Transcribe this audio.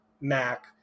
Mac